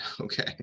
Okay